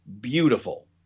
beautiful